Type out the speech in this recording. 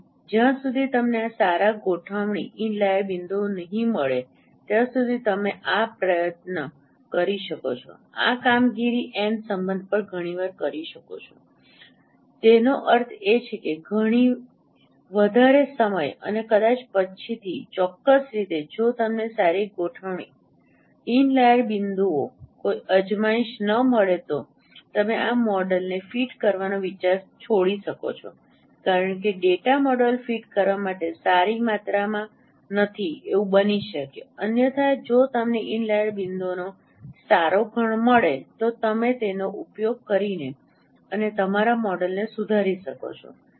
તેથી જ્યાં સુધી તમને સારા ગોઠવણી ઇનલાઈર બિંદુઓ નહીં મળે ત્યાં સુધી તમે આ પ્રયત્ન કરી શકો છો આ કામગીરી N નંબર પર ઘણીવાર કરી શકો છો તેનો અર્થ એ કે ઘણી વધારે સમય અને કદાચ પછીથી ચોક્કસ રીતે જો તમને સારી ગોઠવણી ઇનલાઈર બિંદુઓ કોઈ અજમાયશ ન મળે તો તમે આ મોડેલને ફીટ કરવાનો વિચાર છોડી શકો છો કારણ કે ડેટા મોડેલ ફીટ કરવા માટે સારી માત્રામાં નથી એવું બની શકે અન્યથા જો તમને ઇનલાઈર બિંદુઓનો સારો ગણ મળે તો તમે તેનો ઉપયોગ કરીને અને તમારા મોડેલને સુધારી શકો છો